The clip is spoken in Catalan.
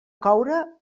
coure